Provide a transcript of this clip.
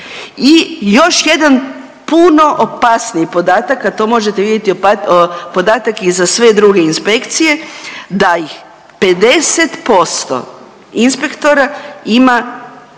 i još jedan puno opasniji podatak, a to možete vidjeti, podatak je za sve druge inspekcije da ih 50% inspektora ima